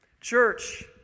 Church